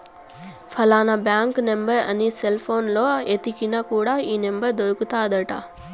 ఫలానా bank number అని cell పోనులో ఎతికిన కూడా ఈ నెంబర్ దొరుకుతాది అంట